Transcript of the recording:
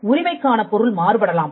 உரிமைக்கான பொருள் மாறுபடலாம்